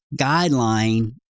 guideline